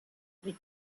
les